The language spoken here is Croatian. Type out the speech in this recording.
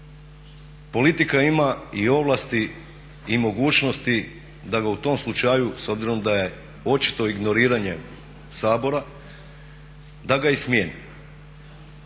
politika ima i ovlasti i mogućnosti da ga u tom slučaju s obzirom da je očito ignoriranje Sabora da ga i smijeni.